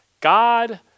God